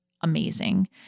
amazing